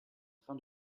train